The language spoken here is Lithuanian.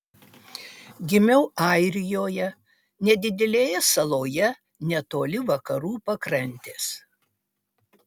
gimiau airijoje nedidelėje saloje netoli vakarų pakrantės